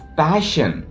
passion